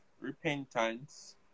repentance